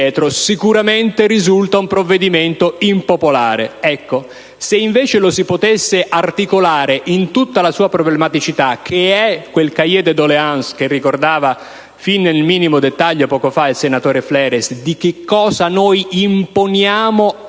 sicuramente risulta un provvedimento impopolare. Se invece lo si potesse articolare in tutta la sua problematicità - mi riferisco a quei *cahiers de doléances* (che ricordava fin nel minimo dettaglio poco fa il senatore Fleres) di che cosa noi imponiamo